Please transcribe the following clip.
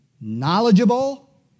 knowledgeable